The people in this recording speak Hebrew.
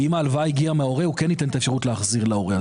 אם ההלוואה הגיעה מההורה הוא כן ייתן את האפשרות להחזיר להורה.